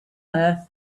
earth